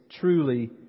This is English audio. truly